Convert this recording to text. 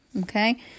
Okay